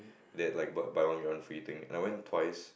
that like buy one get one free thing I went twice